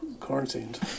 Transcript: quarantined